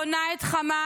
בונה את חמאס,